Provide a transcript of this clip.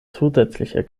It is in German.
zusätzlicher